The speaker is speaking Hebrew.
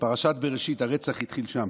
בפרשת בראשית, הרצח התחיל שם,